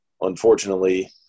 Unfortunately